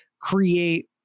create